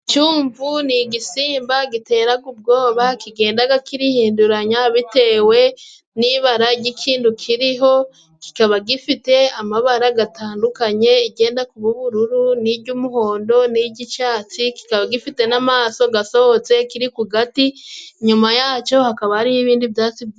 Icyumvu ni igisimba giteraga ubwoba, kigendaga kirihinduranya bitewe n'ibara ry'ikintu kiriho. Kikaba gifite amabara gatandukanye, igenda kuba ubururu n'ijy'umuhondo n'ijy'igicatsi. Kikaba gifite n'amaso gasohotse, kiri ku gati nyuma yacyo hakaba hariho ibindi byatsi byinshi.